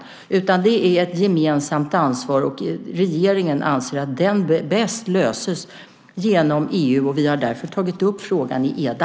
Det är ett gemensamt ansvar. Regeringen anser att det bäst löses genom EU. Vi har därför tagit upp frågan i EDA.